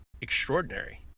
extraordinary